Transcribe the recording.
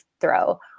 throw